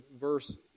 verse